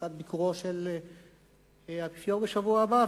לקראת ביקורו של האפיפיור בשבוע הבא,